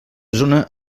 zona